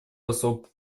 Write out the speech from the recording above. посол